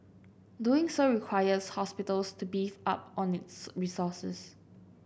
doing so requires hospitals to beef up on its resources